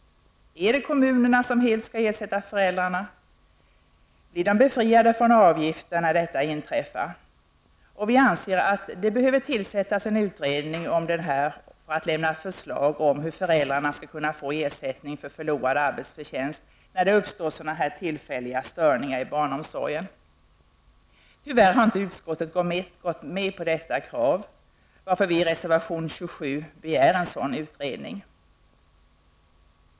Är det kommunerna som helt skall ersätta föräldrarna? Blir de befriade från avgifter när detta inträffar? Vi anser att det behöver tillsättas en utredning som kan lämna förslag om hur föräldrar skall kunna få ersättning för förlorad arbetsförtjänst när det uppstår tillfälliga störningar i barnomsorgen. Tyvärr har inte utskottet gått med på detta krav, varför vi i reservation 27 begär en sådan utredning.